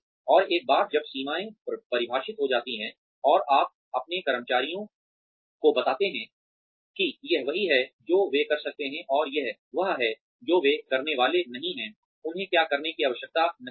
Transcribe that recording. और एक बार जब सीमाएं परिभाषित हो जाती हैं और आप अपने कर्मचारियों को बताते हैं कि यह वही है जो वे कर सकते हैं और यह वह है जो वे करने वाले नहीं हैं उन्हें क्या करने की आवश्यकता नहीं है